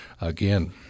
again